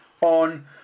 on